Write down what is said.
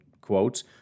quotes